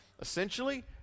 Essentially